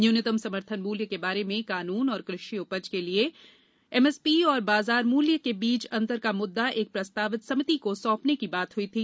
न्यूनतम समर्थन मूल्य के बारे में कानून और कृषि उपज के लिए एम एस पी और बाजार मूल्य के बीच अंतर का मुद्दा एक प्रस्तावित समिति को सौंपने की बात हई थी